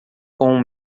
com